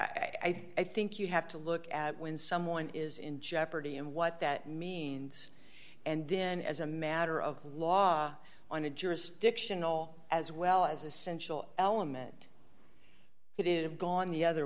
fates i think you have to look at when someone is in jeopardy and what that means and then as a matter of law on a jurisdictional as well as essential element it is gone the other